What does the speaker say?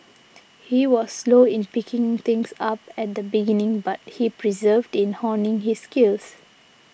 he was slow in picking things up at the beginning but he persevered in honing his skills